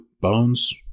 Bones